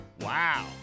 wow